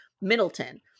Middleton